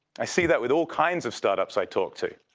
i see that with all kinds of startups i talk to.